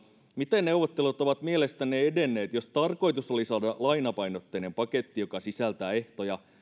miten neuvottelut ovat mielestänne edenneet jos tarkoitus oli saada lainapainotteinen paketti joka sisältää ehtoja